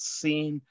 seen